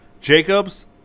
Jacobs